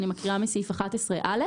אני מקריאה מסעיף 11(א).